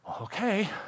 Okay